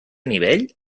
nivell